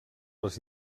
les